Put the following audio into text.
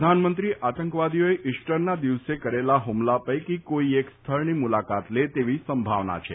પ્રધાનમંત્રી આંતકવાદીઓએ ઈસ્ટરના દિવસે કરેલા હુમલા પૈકી કોઇ એક સ્થળની મુલાકાત લે તેવી સંભાવના છે